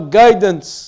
guidance